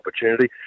opportunity